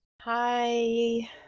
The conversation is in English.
Hi